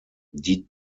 die